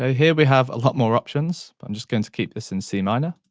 ah here we have a lot more options, i'm just going to keep this in c minor,